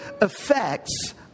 affects